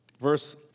Verse